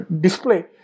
display